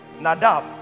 Nadab